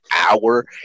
hour